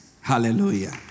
Hallelujah